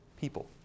people